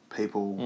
people